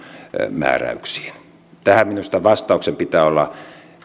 määräyksiin minusta tähän vastauksen pitää olla